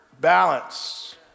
balance